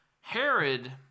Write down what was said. Herod